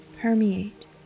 permeate